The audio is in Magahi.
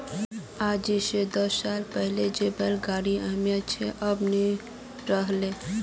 आइज स दस साल पहले जे बैल गाड़ीर अहमियत छिले अब नइ रह ले